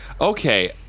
Okay